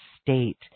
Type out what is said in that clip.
state